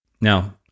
Now